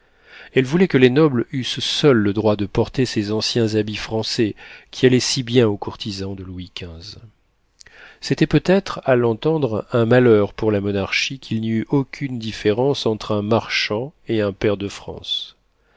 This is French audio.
elle voulait que les nobles eussent seuls le droit de porter ces anciens habits français qui allaient si bien aux courtisans de louis xv c'était peut-être à l'entendre un malheur pour la monarchie qu'il n'y eût aucune différence entre un marchand et un pair de france